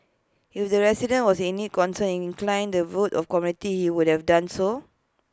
if the president was indeed concerned and inclined the veto of commitment he would have done so